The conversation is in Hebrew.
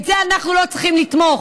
בזה אנחנו לא צריכים לתמוך.